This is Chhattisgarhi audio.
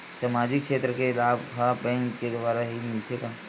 सामाजिक क्षेत्र के लाभ हा बैंक के द्वारा ही मिलथे का?